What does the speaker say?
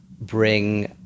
bring